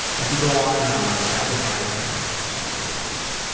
i could go on and on, but that was my experience with sexual abuse.